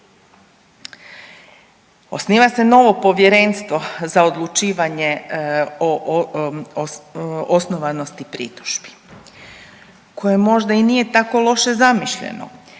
Osniva se novo Povjerenstvo za odlučivanje o osnovanosti pritužbi koje možda i nije tako loše zamišljeno,